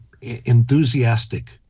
enthusiastic